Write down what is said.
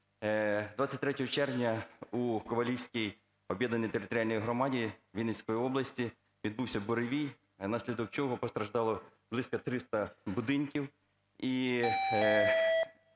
23 червня у Ковалівській об'єднаній територіальній громаді Вінницької області відбувся буревій, внаслідок чого постраждало близько 300 будинків.